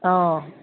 অঁ